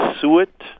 suet